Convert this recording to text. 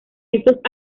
estos